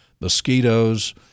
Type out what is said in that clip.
mosquitoes